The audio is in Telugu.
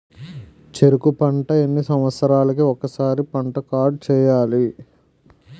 చెరుకు పంట ఎన్ని సంవత్సరాలకి ఒక్కసారి పంట కార్డ్ చెయ్యాలి?